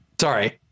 Sorry